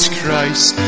Christ